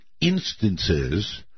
instances